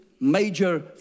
major